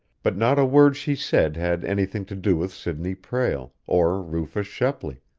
but not a word she said had anything to do with sidney prale, or rufus shepley,